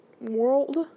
world